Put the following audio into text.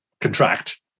contract